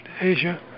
Asia